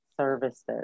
services